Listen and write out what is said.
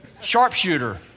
sharpshooter